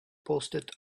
posted